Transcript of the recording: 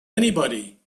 anybody